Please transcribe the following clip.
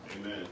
Amen